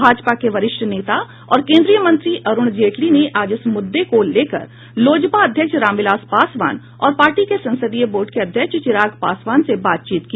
भाजपा के वरिष्ठ नेता और केन्द्रीय मंत्री अरूण जेटली ने आज इस मुद्दे को लेकर लोजपा अध्यक्ष रामविलास पासवान और पार्टी के संसदीय बोर्ड के अध्यक्ष चिराग पासवान से बातचीत की